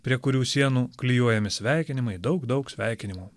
prie kurių sienų klijuojami sveikinimai daug daug sveikinimų